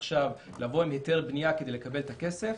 לבוא עם היתר בנייה כדי לקבל את הכסף,